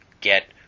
get